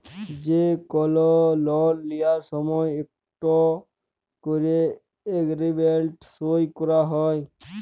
যে কল লল লিয়ার সময় ইকট ক্যরে এগ্রিমেল্ট সই ক্যরা হ্যয়